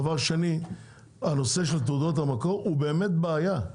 דבר שני, הנושא של תעודות המקור הוא באמת בעיה,